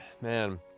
man